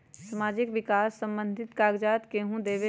समाजीक विकास संबंधित कागज़ात केहु देबे?